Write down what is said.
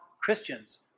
Christians